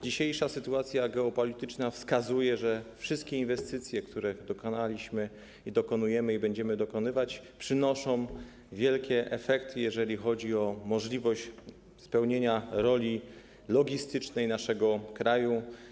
Dzisiejsza sytuacja geopolityczna wskazuje, że wszystkie inwestycje, których dokonaliśmy, dokonujemy i będziemy dokonywać, przynoszą wielkie efekty, jeżeli chodzi o możliwość spełnienia roli logistycznej naszego kraju.